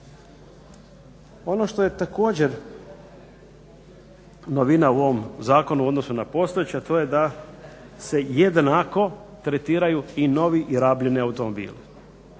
Ono što je također novina u ovom zakonu u odnosu na postojeći a to je da se jednako tretiraju i novi i rabljeni automobili